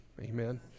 amen